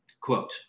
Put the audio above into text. quote